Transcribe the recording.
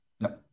No